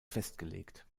festgelegt